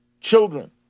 children